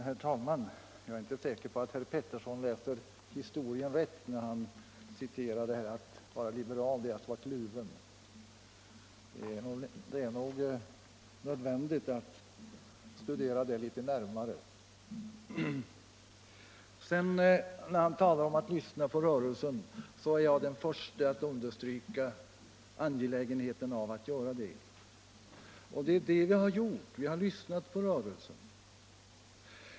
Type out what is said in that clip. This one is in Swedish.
Herr talman! Jag är inte säker på att herr Pettersson i Västerås läser historien rätt när han påstår, att Bertil Ohlin skulle ha sagt: Att vara liberal är att vara kluven. Det är nog nödvändigt att studera det litet närmare. När herr Pettersson talar om att lyssna på rörelsen är jag den förste att understryka angelägenheten av att göra det. Det är det vi har gjort, vi har lyssnat på rörelsen.